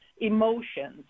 emotions